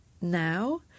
now